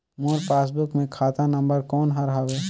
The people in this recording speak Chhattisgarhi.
मोर पासबुक मे खाता नम्बर कोन हर हवे?